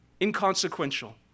inconsequential